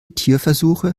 tierversuche